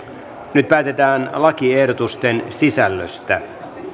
nyt päätetään lakiehdotusten sisällöstä